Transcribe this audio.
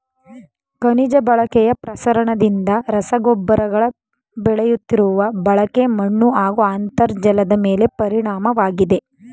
ಖನಿಜ ಬಳಕೆಯ ಪ್ರಸರಣದಿಂದ ರಸಗೊಬ್ಬರಗಳ ಬೆಳೆಯುತ್ತಿರುವ ಬಳಕೆ ಮಣ್ಣುಹಾಗೂ ಅಂತರ್ಜಲದಮೇಲೆ ಪರಿಣಾಮವಾಗಿದೆ